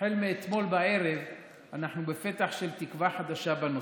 החל מאתמול בערב אנחנו בפתח של תקווה חדשה בנושא,